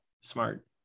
smart